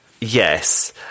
yes